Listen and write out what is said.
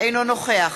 אינו נוכח